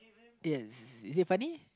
yes is it funny